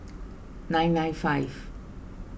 nine nine five